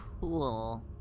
Cool